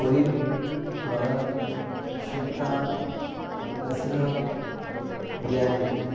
Colin வளன் சிந்தா லசினா வியானி